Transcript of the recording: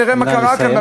ותראה מה קרה כאן,